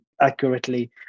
accurately